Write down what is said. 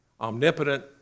omnipotent